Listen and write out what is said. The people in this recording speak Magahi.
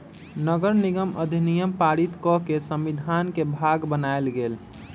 नगरनिगम अधिनियम पारित कऽ के संविधान के भाग बनायल गेल